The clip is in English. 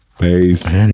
Peace